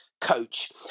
coach